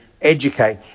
educate